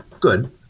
Good